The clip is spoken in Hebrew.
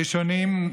הראשונים,